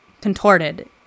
contorted